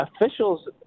Officials